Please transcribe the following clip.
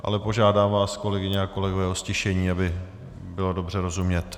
Ale požádám vás, kolegyně a kolegové, o ztišení, aby bylo dobře rozumět.